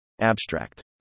Abstract